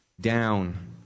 down